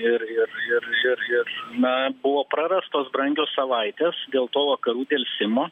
ir ir ir ir na na buvo prarastos brangios savaitės dėl to vakarų delsimo